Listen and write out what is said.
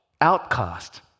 outcast